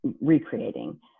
recreating